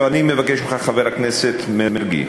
עכשיו, אני מבקש ממך, חבר הכנסת מרגי,